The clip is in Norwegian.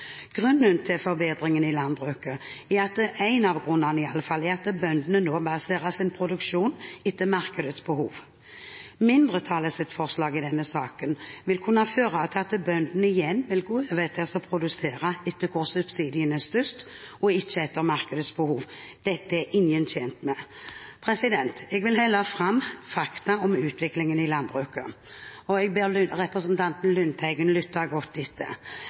Grunnen – eller i alle fall en av grunnene – til forbedringen i landbruket er at bøndene nå baserer sin produksjon etter markedets behov. Mindretallets forslag i denne saken vil kunne føre til at bøndene igjen vil gå over til å produsere etter hvor subsidiene er størst, og ikke etter markedets behov. Dette er ingen tjent med. Jeg vil heller ha fram fakta om utviklingen i landbruket, og jeg ber representanten Lundteigen høre godt etter.